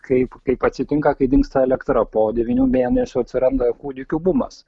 kaip kaip atsitinka kai dingsta elektra po devynių mėnesių atsiranda kūdikių bumas